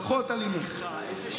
פחות אלימות.